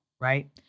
right